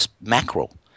mackerel